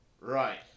Right